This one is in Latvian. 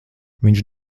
viņš